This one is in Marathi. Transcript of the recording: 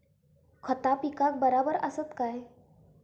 खता पिकाक बराबर आसत काय?